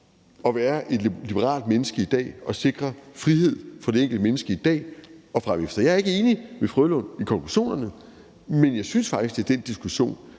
at være et liberalt menneske i dag og sikre frihed for det enkelte menneske i dag og fremefter. Jeg er ikke enig med Steffen W. Frølund i konklusionerne, men jeg synes faktisk, det er den diskussion,